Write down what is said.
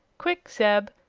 quick zeb,